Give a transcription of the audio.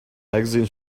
magazine